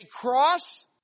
cross